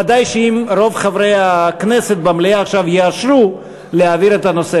ודאי אם רוב חברי הכנסת במליאה עכשיו יאשרו להעביר את הנושא.